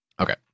Okay